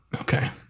okay